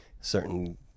certain